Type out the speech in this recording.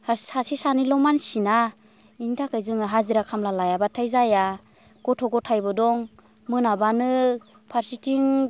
सासे सानैल' मानसिना इनि थाखाय जों हाजिरा खामला लायाब्लाथाय जाया गथ' गथायबो दं मोनाब्लानो फारसेथिं